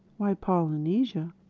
why, polynesia,